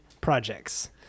projects